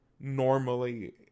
normally